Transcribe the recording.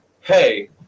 hey